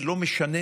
ולא משנה